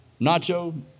Nacho